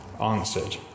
answered